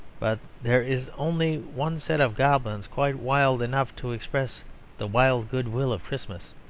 but there is only one set of goblins quite wild enough to express the wild goodwill of christmas.